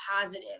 positive